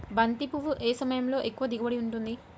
బంతి పువ్వు ఏ సమయంలో ఎక్కువ దిగుబడి ఉంటుంది?